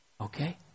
Okay